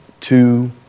two